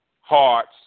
hearts